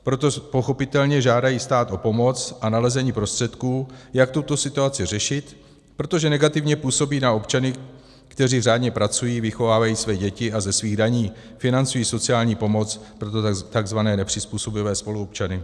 Proto pochopitelně žádají stát o pomoc a nalezení prostředků, jak tuto situaci řešit, protože negativně působí na občany, kteří řádně pracují, vychovávají své děti a ze svých daní financují sociální pomoc pro ty takzvané nepřizpůsobivé spoluobčany.